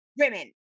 women